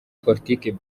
politiki